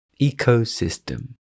Ecosystem